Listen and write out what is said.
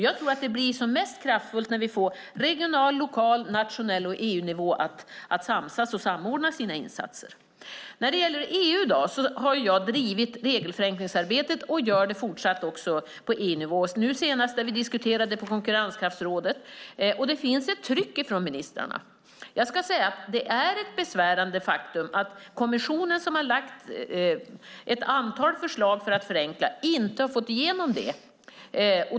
Jag tror att det blir som mest kraftfullt när vi får regional, lokal och nationell nivå och EU-nivå att samsas och samordna sina insatser. När det gäller EU har jag drivit regelförenklingsarbetet och gör det fortsatt också på EU-nivå. Nu senast diskuterade vi det på konkurrenskraftsrådet. Det finns ett tryck från ministrarna. Det är ett besvärande faktum att kommissionen som har lagt fram ett antal förslag för att förenkla inte har fått igenom det.